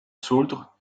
sauldre